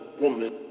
woman